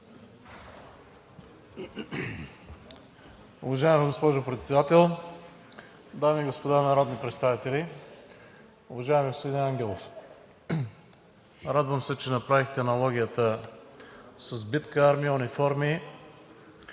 Уважаема госпожо Председател, дами и господа народни представители, уважаеми господин Ангелов! Радвам се, че направихте аналогията с битка, армия, униформи